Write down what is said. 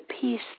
peace